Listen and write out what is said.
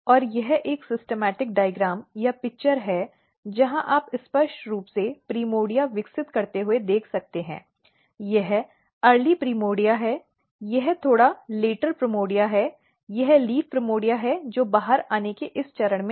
और यह एक योजनाबद्ध आरेख या चित्र है जहां आप स्पष्ट रूप से प्राइमोर्डिया विकसित करते हुए देख सकते हैं यह प्रारंभिक प्राइमोर्डिया है यह थोड़ा लेटर प्राइमोर्डिया है यह लीफ प्रिमोर्डिया है जो बाहर आने के इस चरण में है